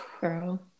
girl